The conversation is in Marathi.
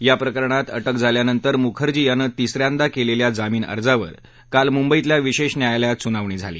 या प्रकरणात अ क्रि झाल्यानंतर मुखर्जी यानं तिसऱ्यांदा केलेल्या जामीन अर्जावर काल मुंबईतल्या विशेष न्यायालयात सुनावणी झाली